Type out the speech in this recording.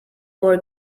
more